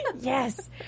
Yes